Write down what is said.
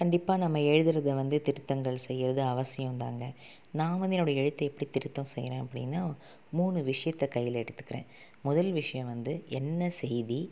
கண்டிப்பாக நம்ம எழுதறதை வந்து திருத்தங்கள் செய்யுறது அவசியம்தாங்க நான் வந்து என்னோட எழுத்தை எப்படி திருத்தம் செய்கிறேன் அப்படின்னா மூணு விஷயத்த கையில் எடுத்துக்கிறேன் முதல் விஷயம் வந்து என்ன செய்தி